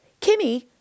Kimmy